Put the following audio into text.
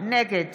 נגד